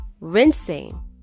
rinsing